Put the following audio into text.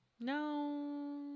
No